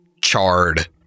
charred